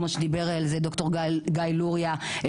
כמו שדיבר על זה ד"ר גיא לוריא,